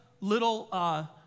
little